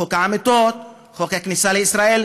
בחוק העמותות, בחוק האזרחות והכניסה לישראל.